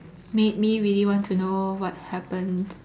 made me really want to know what happened